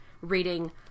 reading